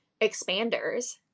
expanders